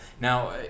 Now